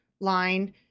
line